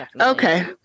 Okay